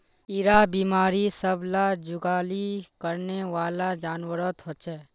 इरा बिमारी सब ला जुगाली करनेवाला जान्वारोत होचे